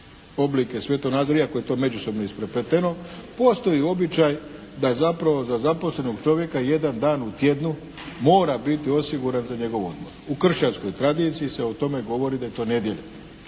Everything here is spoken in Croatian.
oblike svjetonazora iako je to međusobno isprepleteno postoji običaj običaj da je zapravo za zaposlenog čovjeka jedan dan u tjednu mora biti osiguran za njegov odmor. U kršćanskoj tradiciji se o tome govori da je to nedjelja.